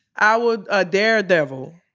i was a daredevil.